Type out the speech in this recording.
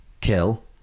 kill